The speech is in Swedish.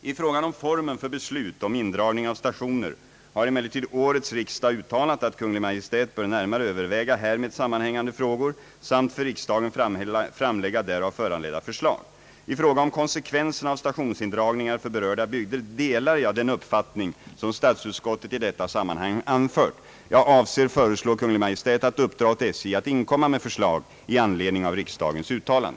I fråga om formen för beslut om indragning av stationer har emellertid årets riksdag uttalat att Kungl. Maj:t bör närmare överväga härmed sammanhängande frågor samt för riksdagen framlägga därav föranledda förslag. I fråga om konsekvenserna av stationsindragningar för berörda bygder delar jag den uppfattning som statsutskottet i detta sammanhang anfört. Jag avser föreslå Kungl. Maj:t att uppdra åt SJ att inkomma med förslag i anledning av riksdagens uttalande.